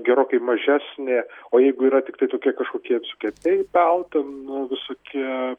gerokai mažesnė o jeigu yra tiktai tokie kažkokie visokie paypal ten visokie